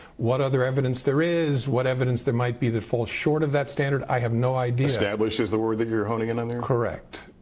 what other evidence there is, what evidence there might be that falls short of that standard, i have no idea. establish is the word you're honing and on there? correct.